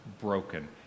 broken